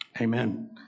Amen